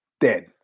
Dead